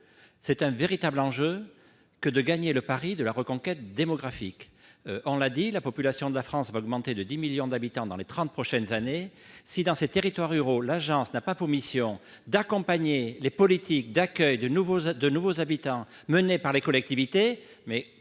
c'est un véritable enjeu que de gagner le pari de la reconquête démographique. On l'a dit, la population de la France va augmenter de 10 millions d'habitants dans les trente prochaines années. Si, dans les territoires ruraux, l'agence n'a pas pour mission d'accompagner les politiques d'accueil de nouveaux habitants menées par les collectivités,